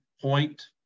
point